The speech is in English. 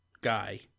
guy